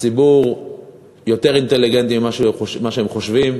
הציבור יותר אינטליגנטי ממה שהם חושבים.